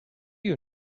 you